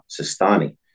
Sistani